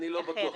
אני לא בטוח.